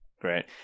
Great